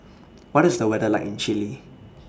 What IS The weather like in Chile